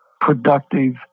productive